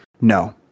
no